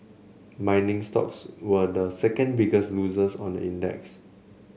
mining stocks were the second biggest losers on the index